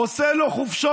עושה לו חופשות.